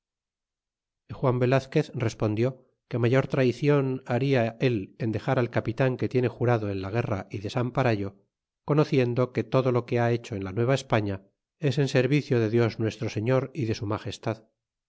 juan velazquez respondió que mayor traycion baria él en dexar al capitan que tiene jurado en la guerra y desamparallo conociendo que todo lo que ha hecho en la nueva españa es en servicio de dios nuestro señor y de su magestad